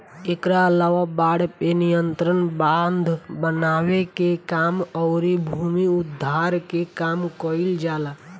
एकरा अलावा बाढ़ पे नियंत्रण, बांध बनावे के काम अउरी भूमि उद्धार के काम कईल जाला